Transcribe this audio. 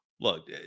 look